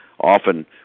often